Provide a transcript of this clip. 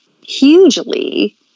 Hugely